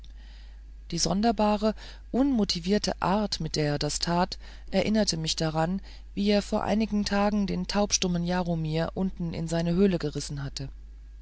die sonderbare unmotivierte art mit der er es tat erinnerte mich daran wie er vor einigen tagen den taubstummen jaromir unten in seine höhle gerissen hatte